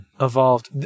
Evolved